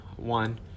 One